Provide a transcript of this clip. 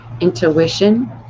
intuition